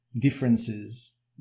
differences